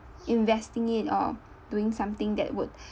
investing it or doing something that would